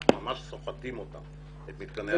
אנחנו ממש סוחטים אותם, את מתקני ההתפלה.